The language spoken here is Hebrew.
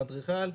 האדריכל,